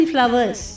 Flowers